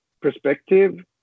perspective